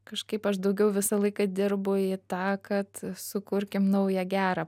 kažkaip aš daugiau visą laiką dirbu į tą kad sukurkim naują gerą